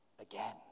again